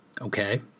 Okay